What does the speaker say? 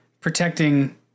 protecting